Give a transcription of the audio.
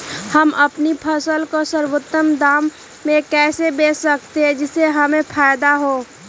हम अपनी फसल को सर्वोत्तम दाम में कैसे बेच सकते हैं जिससे हमें फायदा हो?